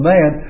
Man